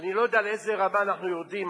אני לא יודע לאיזו רמה אנחנו יורדים.